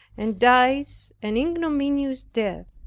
and dies an ignominious death.